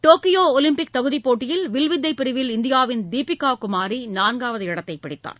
Tokyo Olympic தகுதிப் போட்டிகளில் வில்வித்தை பிரிவில் இந்தியாவின் தீபிகா குமாரி நான்காவது இடத்தை பிடித்தார்